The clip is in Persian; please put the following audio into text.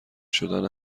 شدن